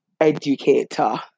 educator